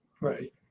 Right